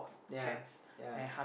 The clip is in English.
ya ya